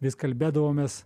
vis kalbėdavomės